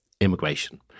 immigration